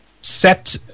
set